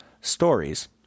stories